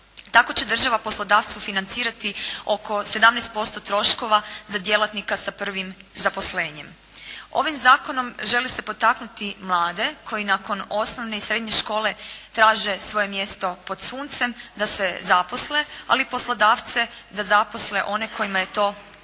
Tako će država poslodavcu financirati oko 17% troškova za djelatnika sa prvim zaposlenjem. Ovim zakonom želi se potaknuti mlade, koji nakon osnovne i srednje škole traže svoje mjesto pod suncem da se zaposle, ali poslodavce da zaposle one kojima je to prvo